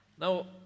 now